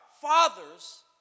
fathers